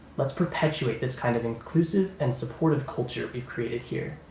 let's perpetuate this kind of inclusive and supportive culture we've created here